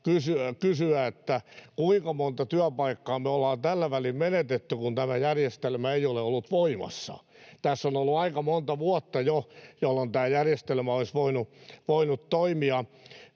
kysyä, kuinka monta työpaikkaa me ollaan tällä välin menetetty, kun tämä järjestelmä ei ole ollut voimassa. Tässä on ollut jo aika monta vuotta, jolloin tämä järjestelmä olisi voinut toimia.